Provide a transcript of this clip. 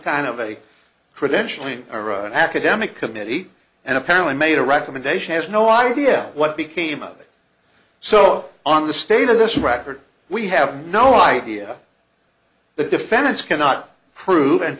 kind of a credential room or an academic committee and apparently made a recommendation has no idea what became of it so on the state of this record we have no idea the defendants cannot prove and